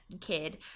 kid